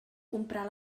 comprar